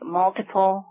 multiple